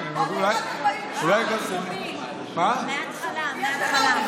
מהתחלה, מהתחלה.